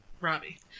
Robbie